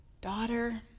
Daughter